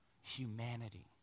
humanity